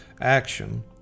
Action